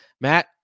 Matt